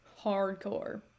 hardcore